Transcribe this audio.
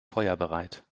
feuerbereit